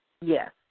Yes